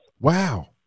Wow